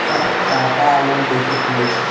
खाता ऑनलाइन कइसे खुली?